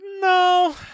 No